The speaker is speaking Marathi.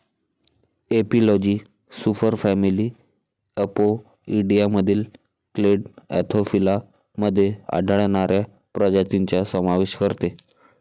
एपिलॉजी सुपरफॅमिली अपोइडियामधील क्लेड अँथोफिला मध्ये आढळणाऱ्या प्रजातींचा समावेश करते